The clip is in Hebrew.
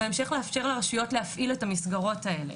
בהמשך לאפשר לרשויות להפעיל את המסגרות האלה.